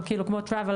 טראוויל